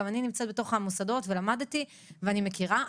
גם אני נמצאת בתוך המוסדות ולמדתי ואני מכירה.